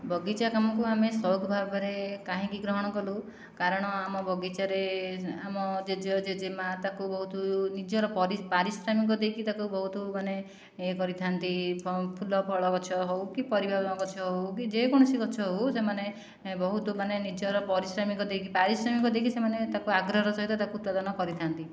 ବଗିଚା କାମକୁ ଆମେ ସଉକ ଭାବରେ କାହିଁକି ଗ୍ରହଣ କଲୁ କାରଣ ଆମ ବଗିଚାରେ ଆମ ଜେଜେ ଓ ଜେଜେମା ତାକୁ ବହୁତ ନିଜର ପାରିଶ୍ରମିକ ଦେଇକି ତାକୁ ବହୁତ ମାନେ ଇଏ କରିଥାନ୍ତି ଫୁଲ ଫଳ ଗଛ ହେଉ କି ପରିବା ଗଛ ହେଉ କି ଯେକୌଣସି ଗଛ ହେଉ ସେମାନେ ବହୁତ ମାନେ ନିଜର ପରିଶ୍ରାମିକ ଦେଇକି ପାରିଶ୍ରମିକ ଦେଇକି ସେମାନେ ତାକୁ ଆଗ୍ରହର ସହିତ ତାକୁ ଉତ୍ପାଦନ କରିଥାନ୍ତି